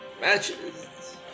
matches